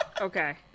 Okay